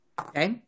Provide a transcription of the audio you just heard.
okay